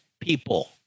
people